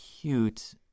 cute